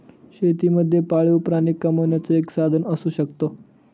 शेती मध्ये पाळीव प्राणी कमावण्याचं एक साधन असू शकतो